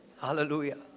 Hallelujah